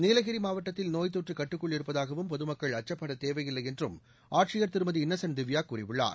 நீலகிரி மாவட்டத்தில் நோய் தொற்று கட்டுக்குள் இருப்பதாகவும் பொதுமக்கள் அச்சப்பட தேவையில்லை என்றும் ஆட்சியர் திருமதி இன்ன சென்ட் திவ்யா கூறியுள்ளார்